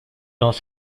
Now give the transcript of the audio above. dans